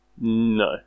No